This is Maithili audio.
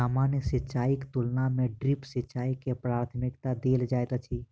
सामान्य सिंचाईक तुलना मे ड्रिप सिंचाई के प्राथमिकता देल जाइत अछि